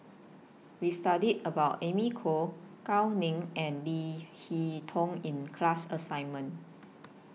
We studied about Amy Khor Gao Ning and Leo Hee Tong in class assignment